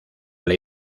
ley